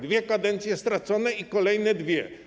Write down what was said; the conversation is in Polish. Dwie kadencje stracone i kolejne dwie.